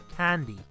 Candy